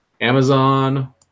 Amazon